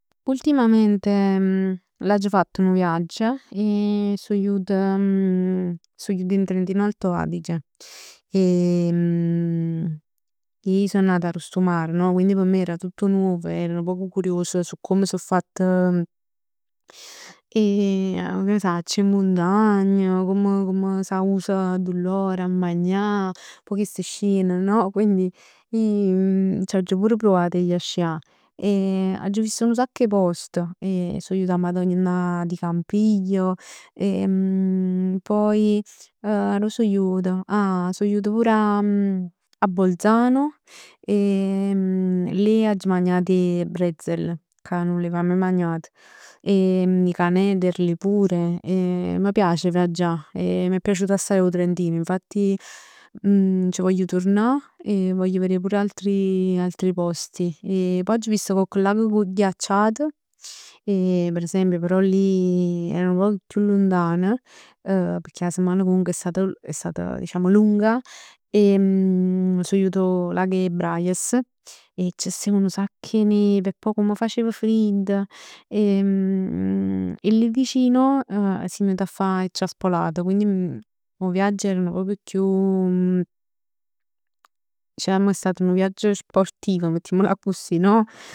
Ultimamente l'aggio fatt nu viaggio e so jut, so jut in Trentino Alto Adige. Ij so nata arò sta 'o mare, no? Quindi p' me era tutto nuovo, era nu poc curioso su come so fatt 'e che ne sacc, 'e muntagn, comm comm s'ausa addo loro 'a magà. Pò chist sciano no? Quindi ij c'aggio pur pruvat 'a ji a scià. Aggio vist nu sacc 'e post e so jut 'a Madonnina di Campiglio e poi arò so jut? Ah so jut pur a a Bolzano e lì agg magnat 'e brezel ca nun l'eva maje magnat. I canederli pure. E m' piace 'e viaggià, m'è piaciuto assaje 'o Trentino, infatti c' voglio turnà e voglio verè pure altri posti. Poi aggio visto cocc lago gh- ghiacciat e per esempio. Però lì è nun poc chiù luntan, pecchè 'a semman comunque è stata lu- lunga e so jut 'o lago 'e Braies. E c'stev nu sacc 'e nev e poj comm facev fridd e lì vicino simm jut 'a fa 'e ciaspolate, quindi 'o viaggio er nu poc chiù. Dicimm che è stat nu viaggio sportivo mettimmola accussì no?